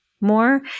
more